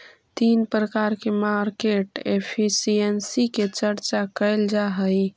तीन प्रकार के मार्केट एफिशिएंसी के चर्चा कैल जा हई